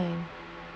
underline